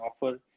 offer